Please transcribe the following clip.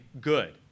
good